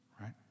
Right